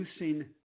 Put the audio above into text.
reducing